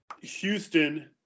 Houston